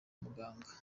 muganga